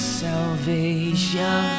salvation